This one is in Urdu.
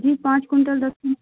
جی پانچ ک کوئنٹل د